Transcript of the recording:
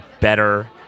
better